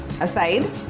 aside